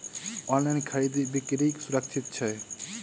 online खरीदै बिक्री सुरक्षित छी